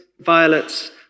violets